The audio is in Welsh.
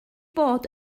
bod